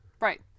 Right